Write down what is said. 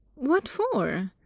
what for?